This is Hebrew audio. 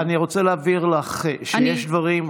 אבל אני רוצה להבהיר לך שיש דברים,